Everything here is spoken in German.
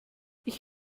ich